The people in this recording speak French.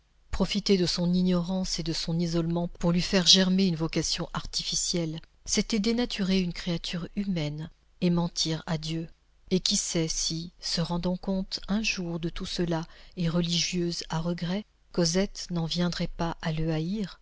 profiter de son ignorance et de son isolement pour lui faire germer une vocation artificielle c'était dénaturer une créature humaine et mentir à dieu et qui sait si se rendant compte un jour de tout cela et religieuse à regret cosette n'en viendrait pas à le haïr